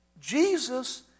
Jesus